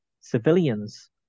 civilians